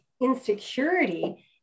insecurity